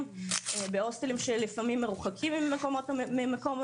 בהוסטלים שלפעמים מרוחקים ממקום המגורים.